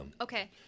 Okay